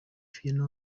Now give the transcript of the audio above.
fiona